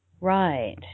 right